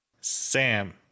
Sam